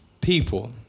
people